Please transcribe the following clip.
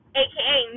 aka